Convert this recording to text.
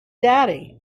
daddy